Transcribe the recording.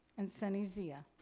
and sunny zia?